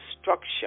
structure